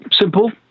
simple